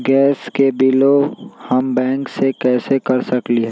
Gas के बिलों हम बैंक से कैसे कर सकली?